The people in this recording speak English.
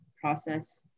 process